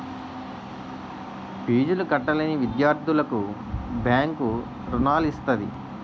ఫీజులు కట్టలేని విద్యార్థులకు బ్యాంకు రుణాలు ఇస్తది